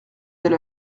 elle